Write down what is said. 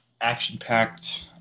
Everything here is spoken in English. action-packed